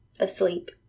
Asleep